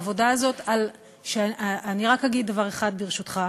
את העבודה הזאת, אני רק אגיד דבר אחד, ברשותך,